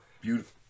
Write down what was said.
beautiful